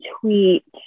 tweet